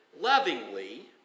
lovingly